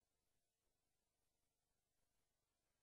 אותך עוד לא קראתי לסדר,